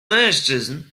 mężczyzn